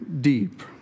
deep